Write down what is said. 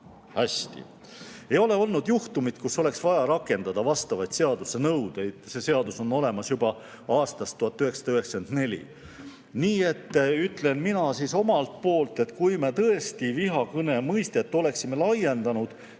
hästi. Ei ole olnud juhtumit, kus oleks vaja rakendada vastavaid seaduse nõudeid. See seadus on olemas juba aastast 1994. Mina ütlen, et kui me tõesti vihakõne mõistet oleksime laiendanud,